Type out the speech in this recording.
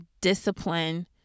discipline